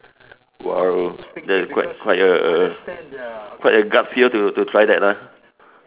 !wow! that is quite quite a a quite a gut feel to to try that ah